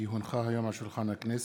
כי הונחה היום על שולחן הכנסת,